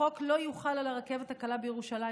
החוק לא יוחל על הרכבת הקלה בירושלים,